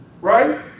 right